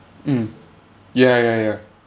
mm ya ya ya